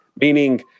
meaning